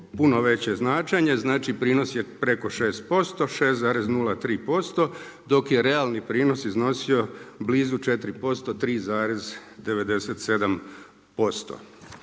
puno veće značenje. Znači, prinos je preko 6%, 6,03% dok je realni prinos iznosio blizu 4% 3,97%.